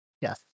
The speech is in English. Yes